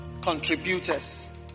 contributors